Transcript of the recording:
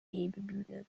hebebühne